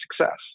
success